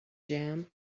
jam